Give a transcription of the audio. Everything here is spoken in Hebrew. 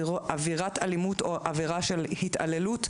עבירת אלימות או עבירה של התעללות,